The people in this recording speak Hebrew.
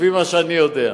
לפי מה שאני יודע.